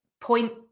point